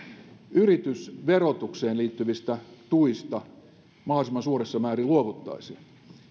yritysverotukseen liittyvistä tuista mahdollisimman suuressa määrin luovuttaisiin